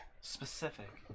Specific